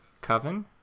Coven